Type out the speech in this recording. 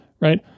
right